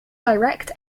direct